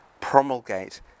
promulgate